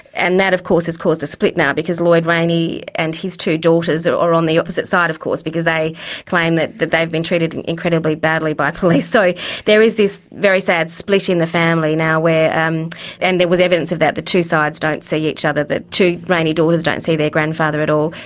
and that of course has caused a split now, because lloyd rayney and his two daughters are are on the opposite side, of course, because they claim that that they have been treated and incredibly badly by police. so there is this very sad split in the family now where. um and there was evidence of that the two sides don't see each other the two rayney daughters don't see their grandfather at all.